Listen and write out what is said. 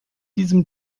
diesem